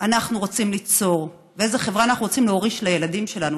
אנחנו רוצים ליצור ואיזו חברה אנחנו רוצים להוריש לילדים שלנו,